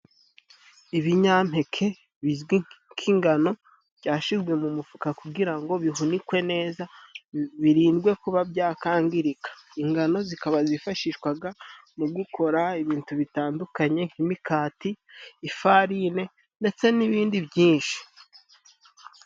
Ibinyampeke bizwi nk'ingano byashyizwe mu mufuka kugira ngo bihunikwe neza, birindwe kuba byakangirika. Ingano zikaba zifashishwaga mu gukora ibintu bitandukanye nk'imikati ifarine ndetse n'ibindi byinshi.